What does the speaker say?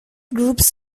groups